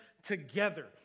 together